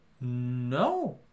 No